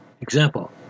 Example